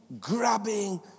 grabbing